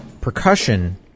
Percussion